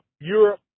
Europe